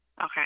Okay